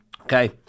okay